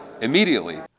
immediately